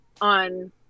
on